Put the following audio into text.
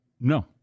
no